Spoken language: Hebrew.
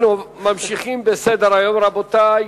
אנחנו ממשיכים בסדר-היום, רבותי: